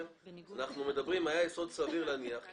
אנחנו מדברים על היה יסוד סביר להניח כי